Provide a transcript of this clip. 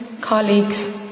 colleagues